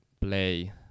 play